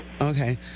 Okay